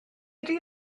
ydy